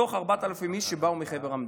מתוך 4,000 איש שבאו מחבר המדינות,